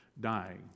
dying